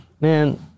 Man